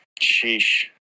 sheesh